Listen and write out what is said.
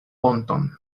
ponton